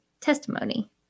testimony